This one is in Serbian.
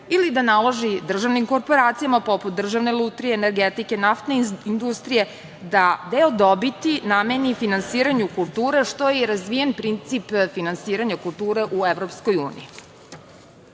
ili da naloži državnim korporacijama poput Državne lutrije, energetike, naftne industrije, da deo dobiti nameni finansiranju kulture, što je i razvijen princip finansiranja kulture u EU.Dobra